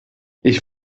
ich